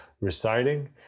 reciting